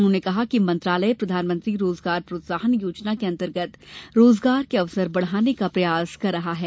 उन्होंने कहा कि मंत्रालय प्रधानमंत्री रोजगार प्रोत्साहन योजना के अंतर्गत रोजगार के अवसर बढ़ाने का प्रयास कर रहा है